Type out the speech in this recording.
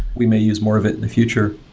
we may use more of it in the future.